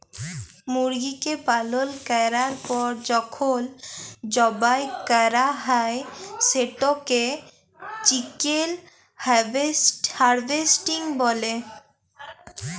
মুরগিকে পালল ক্যরার পর যখল জবাই ক্যরা হ্যয় সেটকে চিকেল হার্ভেস্টিং ব্যলে